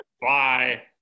Bye